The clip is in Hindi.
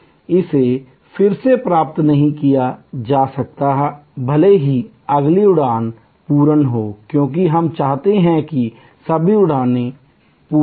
इसे फिर से प्राप्त नहीं किया जा सकता है भले ही अगली उड़ान पूर्ण हो क्योंकि हम चाहते हैं कि सभी उड़ानें पूर्ण हों